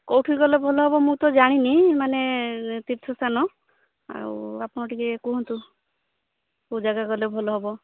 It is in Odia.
କେଉଁଠିକୁ ଗଲେ ଭଲ ହେବ ମୁଁ ତ ଜାଣିନି ମାନେ ତୀର୍ଥସ୍ଥାନ ଆଉ ଆପଣ ଟିକେ କୁହନ୍ତୁ କେଉଁ ଜାଗାକୁ ଗଲେ ଭଲ ହେବ